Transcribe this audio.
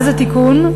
מאז התיקון,